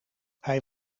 hij